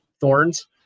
thorns